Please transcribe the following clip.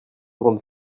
grande